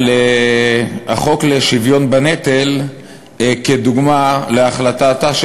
זה על החוק לשוויון בנטל כדוגמה להחלטתה של